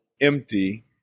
empty